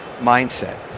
mindset